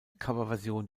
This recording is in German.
coverversion